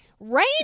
Rain